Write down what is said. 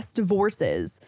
divorces